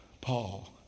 Paul